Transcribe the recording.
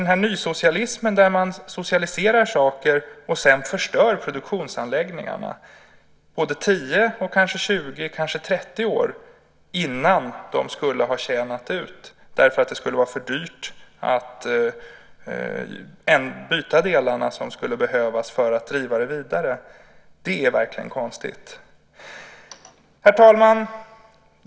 Men en nysocialism där man socialiserar saker och sedan förstör produktionsanläggningarna, både 10, 20 och 30 år innan de skulle ha tjänat ut därför att det skulle vara för dyrt att byta delarna som behövs för att driva anläggningarna vidare, är konstigt. Herr talman!